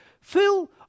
Phil